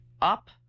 up